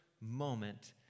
moment